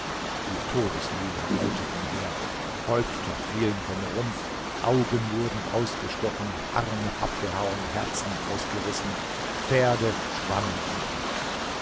die todesmühle rollte umher häupter fielen vom rumpf augen wurden ausgestochen arme abgehauen herzen ausgerissen pferde schwammen im blut